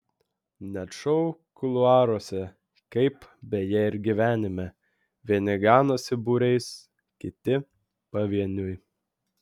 net šou kuluaruose kaip beje ir gyvenime vieni ganosi būriais kiti pavieniui